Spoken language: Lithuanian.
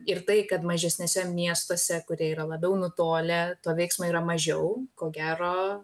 ir tai kad mažesniuose miestuose kurie yra labiau nutolę to veiksmo yra mažiau ko gero